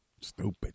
Stupid